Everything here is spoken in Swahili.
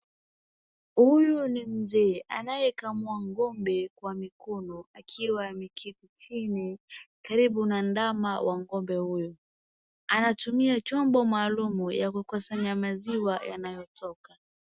Huyu ni mzee anayekamua ngombe kwa mikono akiwa ameketi chini karibu na ndama wa ngombe huyo, anatumia chombo maalumu ya kukosanyamaziwa yanayotoka.